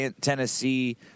tennessee